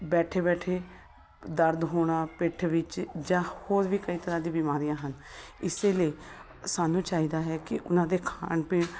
ਬੈਠੇ ਬੈਠੇ ਦਰਦ ਹੋਣਾ ਪਿੱਠ ਵਿੱਚ ਜਾਂ ਹੋਰ ਵੀ ਕਈ ਤਰ੍ਹਾਂ ਦੀ ਬਿਮਾਰੀਆਂ ਹਨ ਇਸਦੇ ਲਈ ਸਾਨੂੰ ਚਾਹੀਦਾ ਹੈ ਕਿ ਉਹਨਾਂ ਦੇ ਖਾਣ ਪੀਣ